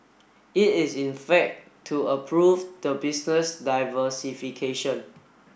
it is in fact to approve the business diversification